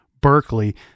Berkeley